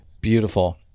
Beautiful